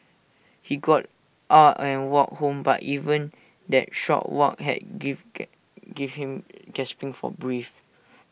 he got out and walked home but even that short walk had give give him gasping for breath